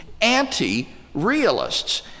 anti-realists